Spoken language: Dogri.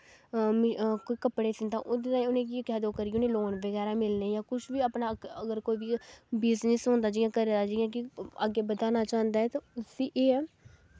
कोई कपड़े सींदे ओह्दे ताईं उ'नेंगी केह् आखदे करियै उ'नें लोन बगैरा मिलने जां कुछ बी अपना अगर कोई बी बिजनेस होंदा जियां घरै दा जियां कि अग्गैं बधाना चांह्दा ऐ ते उसी एह् ऐ